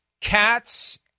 cats